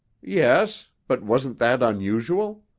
yes, but wasn't that unusual?